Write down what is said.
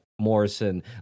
morrison